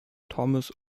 thomas